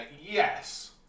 Yes